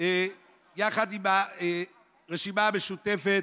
יחד עם הרשימה המשותפת,